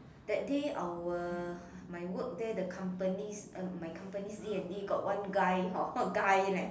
that day our my work there the companies uh my companies D and D got one guy hor guy leh